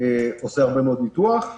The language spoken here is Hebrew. עושה הרבה מאוד ניתוח.